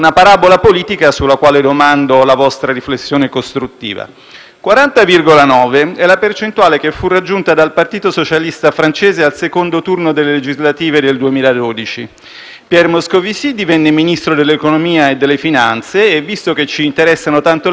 40,9 è quella che fu raggiunta dal Partito Socialista francese al secondo turno delle legislative del 2012; Pierre Moscovici divenne Ministro dell'economia e delle finanze e, visto che ci interessano tanto le percentuali, dal 2012 al 2014 mantenne quella carica,